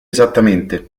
esattamente